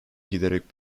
giderek